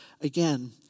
again